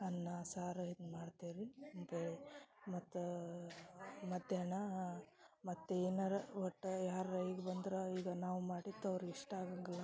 ಅನ್ನ ಸಾರು ಇದು ಮಾಡ್ತಿವಿ ರೀ ಬೇರೆ ಮತ್ತೆ ಮಧ್ಯಾಹ್ನ ಮತ್ತೆ ಏನಾರ ಒಟ್ಟು ಯಾರು ಈಗ ಬಂದ್ರ ಈಗ ನಾವು ಮಾಡಿದ್ದು ಅವ್ರ್ಗ ಇಷ್ಟ ಆಗೋಂಗಿಲ್ಲ